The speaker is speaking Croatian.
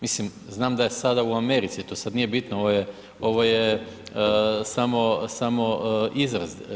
Mislim, znam da je sada u Americi to sada nije bitno, ovo je samo izraz.